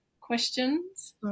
questions